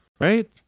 Right